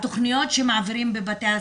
התוכניות שמעבירים בבתי הספר,